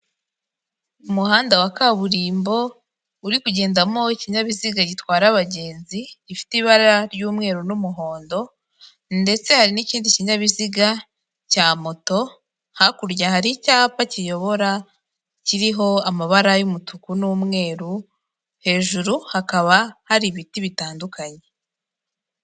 Umuhanda wa kaburimbo uri kugendamo, ikinyabiziga gitwara abagenzi, gifite ibara ry'umweru n'umuhondo, ndetse hari n'ikindi kinyabiziga cya moto, hakurya hari icyapa kiyobora kiriho amabara y'umutuku n'umweru, hejuru hakaba hari ibiti bitandukanye.